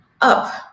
up